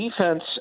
defense